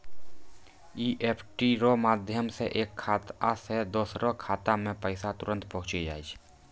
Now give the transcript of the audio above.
EFT रो माध्यम से एक खाता से दोसरो खातामे पैसा तुरंत पहुंचि जाय छै